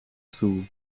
stoel